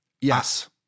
Yes